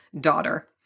daughter